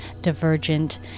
Divergent